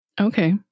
Okay